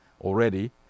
already